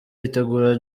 yitegura